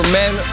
men